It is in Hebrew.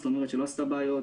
זאת אומרת שלא עשית בעיות,